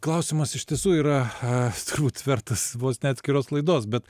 klausimas iš tiesų yra turbūt vertas vos ne atskiros laidos bet